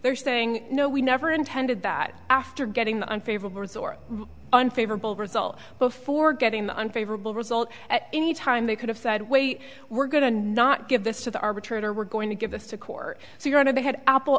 they're saying no we never intended that after getting the unfavorable is or unfavorable result before getting the unfavorable result at any time they could have said wait we're going to not give this to the arbitrator we're going to give this to court so you want to be had apple